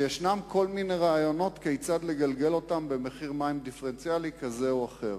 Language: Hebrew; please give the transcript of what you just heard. ויש כל מיני רעיונות כיצד לגלגל אותו במחיר מים דיפרנציאלי כזה או אחר.